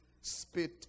spit